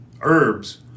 herbs